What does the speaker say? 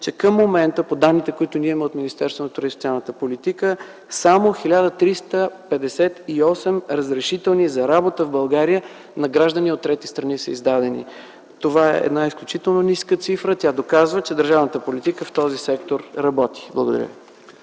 Към момента, по данните, които имаме от Министерството на труда и социалната политика, са издадени само 1358 разрешителни за работа в България на граждани от трети страни. Това е една изключително ниска цифра. Тя доказва, че държавната политика в този сектор работи. Благодаря ви.